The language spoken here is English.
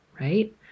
right